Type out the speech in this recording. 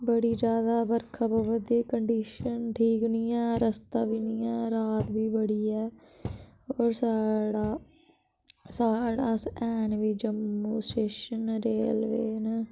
बड़ी ज्यादा बरखा पवा दी कंडीशन ठीक नी ऐ रस्ता बी नी ऐ रात बी बड़ी ऐ होर साढ़ा साढ़ा अस हैन बी जम्मू स्टेशन न रेलवे न